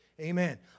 Amen